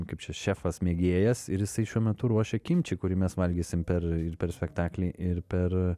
kaip čia šefas mėgėjas ir jisai šiuo metu ruošia kimči kurį mes valgysim per ir per spektaklį ir per